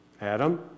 Adam